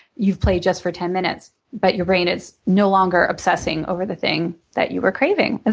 you've played just for ten minutes but your brain is no longer obsessing over the thing that you were craving. and